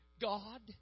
God